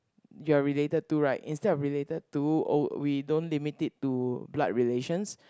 you're related to right instead of related to oh we don't limit it to blood relations